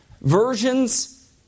versions